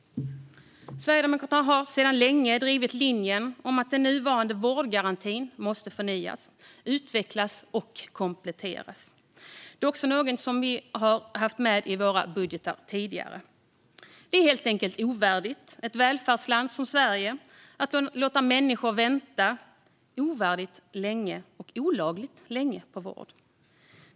Sverigedemokraterna har länge drivit linjen att den nuvarande vårdgarantin måste förnyas, utvecklas och kompletteras. Det är också något som vi har haft med i våra budgetar tidigare. Det är helt enkelt ovärdigt ett välfärdsland som Sverige att låta människor vänta olagligt länge på vård.